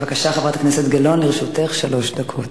בבקשה, חברת הכנסת גלאון, לרשותך שלוש דקות.